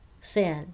sin